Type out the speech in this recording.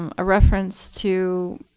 um a reference to